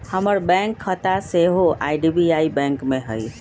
हमर बैंक खता सेहो आई.डी.बी.आई बैंक में हइ